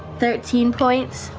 thirteen points.